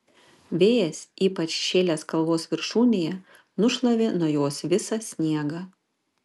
vėjas ypač šėlęs kalvos viršūnėje nušlavė nuo jos visą sniegą